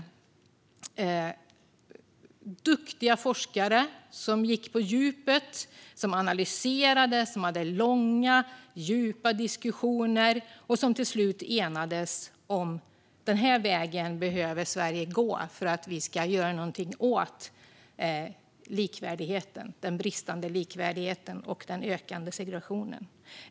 Det var duktiga forskare som gick på djupet, som analyserade, som hade långa, djupa diskussioner och som till slut enades om vilken väg Sverige behöver gå för att vi ska göra någonting åt den bristande likvärdigheten och den ökande segregationen.